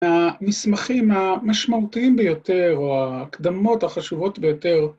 המסמכים המשמעותיים ביותר או ההקדמות החשובות ביותר